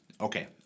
Okay